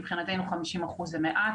מבחינתנו 50% זה מעט,